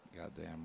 Goddamn